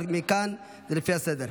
אבל מכאן זה לפי הסדר.